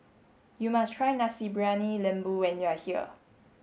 you must try Nasi Briyani Lembu when you are here